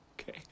okay